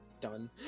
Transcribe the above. done